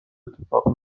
اتفاق